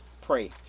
Pray